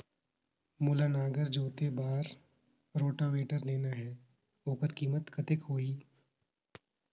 मोला नागर जोते बार रोटावेटर लेना हे ओकर कीमत कतेक होही?